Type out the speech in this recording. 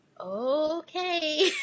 okay